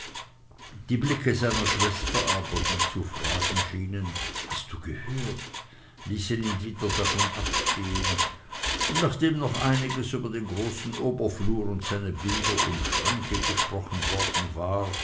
die blicke seiner schwester aber die zu fragen schienen hast du gehört ließen ihn wieder davon abstehn und nachdem noch einiges über den großen oberflur und seine bilder und schränke gesprochen worden war